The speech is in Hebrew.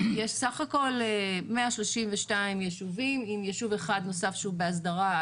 יש סה"כ 132 יישובים עם יישוב אחד נוסף שהוא בהסדרה,